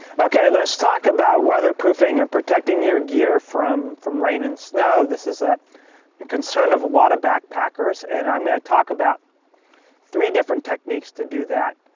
okay, let's talk about weatherproofing and protecting your gear from from rain and snow. this is a and concern of a lot of backpackers, and i'm gonna talk about three different techniques to do that.